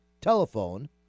telephone